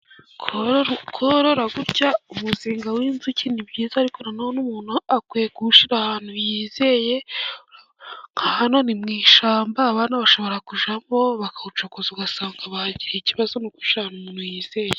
Korora gutya umuzinga w'inzuki ni byiza, ariko nanone umuntu akwiye kuwushyira ahantu yizeye. Aha ni mu ishamba abana bashobora kujyamo bakawucokuza, ugasanga bahagiriye ikibazo nukuwushyira ahantu umuntu yizeye.